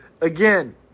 Again